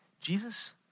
Jesus